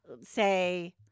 say